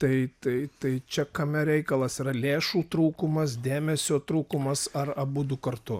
tai tai tai čia kame reikalas yra lėšų trūkumas dėmesio trūkumas ar abudu kartu